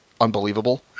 unbelievable